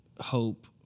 hope